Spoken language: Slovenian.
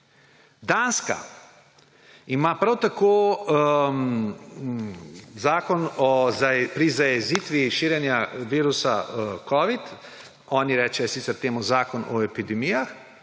Danska ima prav tako zakon pri zajezitvi širjenja virusa covida, oni rečejo sicer temu zakon o epidemijah,